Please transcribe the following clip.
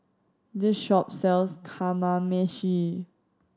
this shop sells Kamameshi